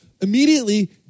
immediately